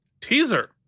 teaser